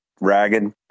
ragged